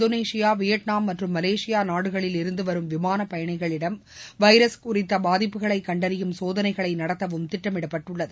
Indonesia Vietnam மற்றும் Malaysia நாடுகளில் இருந்து வரும் விமான பயணிகளிடம் வைரஸ் குறித்த பாதிப்புகளை கண்டறியும் சோதனைகளை நடத்தவும் திட்டமிடப்பட்டுள்ளது